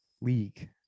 league